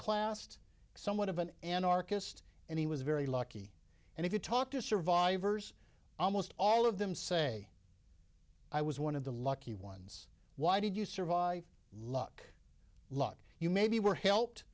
st somewhat of an anarchistic and he was very lucky and if you talk to survivors almost all of them say i was one of the lucky ones why did you survive luck luck you maybe were helped